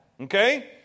Okay